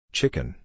Chicken